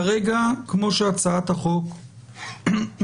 כרגע, כמו שהצעת החוק מדברת,